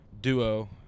duo